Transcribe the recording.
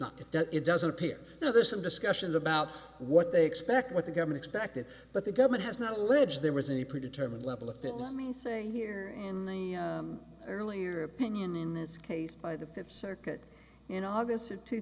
not that it doesn't appear so there's some discussion about what they expect what the government expected but the government has not alleged there was a pre determined level if it was me saying here in the earlier opinion in this case by the fifth circuit in august of two